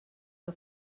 què